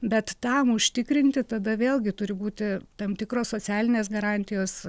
bet tam užtikrinti tada vėlgi turi būti tam tikros socialinės garantijos